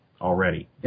already